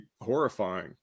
horrifying